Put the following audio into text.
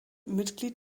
mitglied